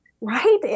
right